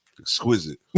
exquisite